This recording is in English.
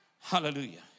Hallelujah